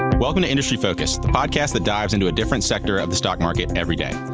welcome to industry focus, the podcast that dives into a different sector of the stock market every day.